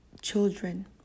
children